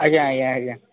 ଆଜ୍ଞା ଆଜ୍ଞା ଆଜ୍ଞା